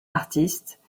artiste